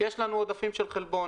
יש לנו עודפים של חלבון.